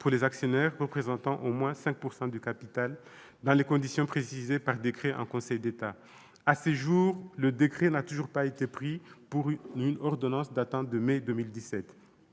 pour les actionnaires représentant au moins 5 % du capital, dans des conditions précisées par décret en Conseil d'État. À ce jour, le décret n'a toujours pas été pris, alors que l'ordonnance date de mai 2017